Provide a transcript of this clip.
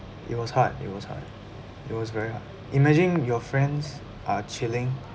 it was hard it was hard it was very hard imagine your friends are chilling